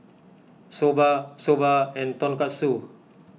Soba Soba and Tonkatsu